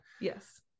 Yes